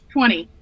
Twenty